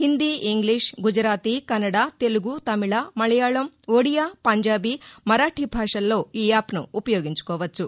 Hindi English Gujarati Kannada Telugu Tamil Malayalam Odia Punjabi Marathi భాషల్లో ఈ యాప్ను ఉపయోగించుకోవచ్చు